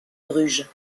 bruges